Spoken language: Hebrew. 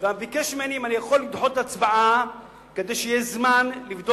הוא ביקש ממני אם אני יכול לדחות את ההצבעה כדי שיהיה זמן לבדוק